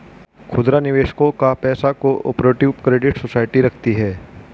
खुदरा निवेशकों का पैसा को ऑपरेटिव क्रेडिट सोसाइटी रखती है